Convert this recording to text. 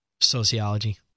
Sociology